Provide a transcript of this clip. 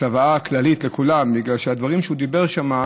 לצוואה כללית, לכולם, כי כיום הדברים שהוא אמר שם,